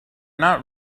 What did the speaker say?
not